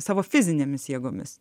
savo fizinėmis jėgomis